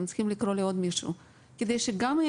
הם צריכים לקרוא לעוד מישהו כדי שיהיה